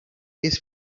his